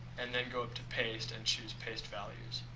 and then go up to paste, and choose paste values.